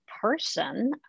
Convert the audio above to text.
person